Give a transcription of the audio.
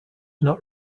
not